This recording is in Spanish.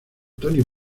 tony